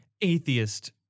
atheist